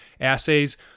assays